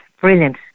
brilliant